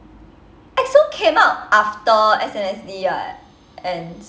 exo came out after S_N_S_D [what] ends